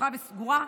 פתוחה וסגורה.